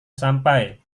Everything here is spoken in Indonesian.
sampai